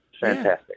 Fantastic